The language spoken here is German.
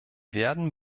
werden